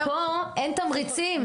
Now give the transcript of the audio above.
אבל פה אין תמריצים.